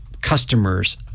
customers